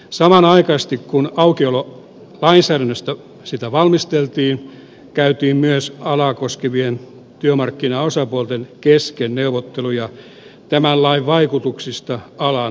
samanaikaisesti kun aukiololainsäädäntöä valmisteltiin käytiin myös alaa koskevien työmarkkinaosapuolten kesken neuvotteluja tämän lain vaikutuksista alan työehtosopimuksiin